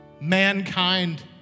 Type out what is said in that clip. mankind